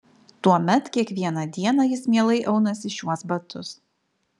tuomet kiekvieną dieną jis mielai aunasi šiuos batus